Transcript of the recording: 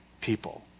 people